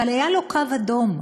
אבל היה לו קו אדום,